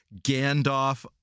Gandalf